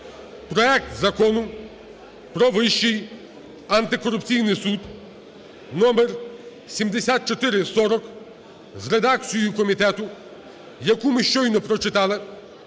проект Закону про Вищий антикорупційний суд (№ 7440) з редакцією комітету, яку ми щойно прочитали